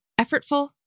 effortful